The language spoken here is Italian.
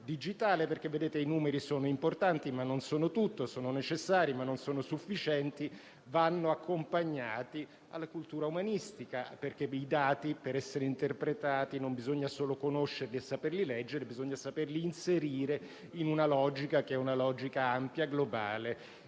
digitale, perché i numeri sono importanti, ma non sono tutto, sono necessari, ma non sono sufficienti, e vanno accompagnati alla cultura umanistica. I dati, per essere interpretati, non bisogna solo conoscerli e saperli leggere, ma anche saperli inserire in una logica ampia e globale.